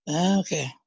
okay